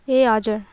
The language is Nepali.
ए हजुर